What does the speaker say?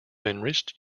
enriched